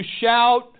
shout